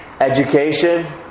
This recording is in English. education